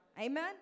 Amen